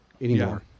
anymore